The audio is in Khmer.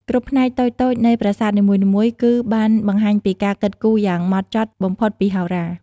គ្រប់ផ្នែកតូចៗនៃប្រាសាទនីមួយៗគឺបានបង្ហាញពីការគិតគូរយ៉ាងហ្មត់ចត់បំផុតពីហោរា។